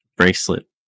bracelet